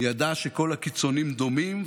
ידע שכל הקיצוניים דומים.